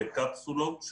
בקפסולות,